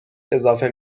اضافه